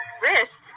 wrist